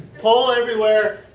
polleverywhere